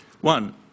One